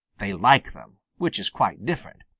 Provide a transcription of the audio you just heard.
they like them, which is quite different.